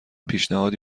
پیشنهادی